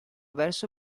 verso